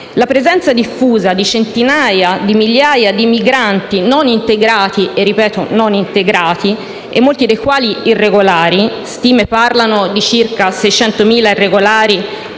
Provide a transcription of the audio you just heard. La presenza diffusa di centinaia di migliaia di migranti non integrati - e, ripeto, non integrati - molti dei quali irregolari (stime parlano di circa 600.000 irregolari,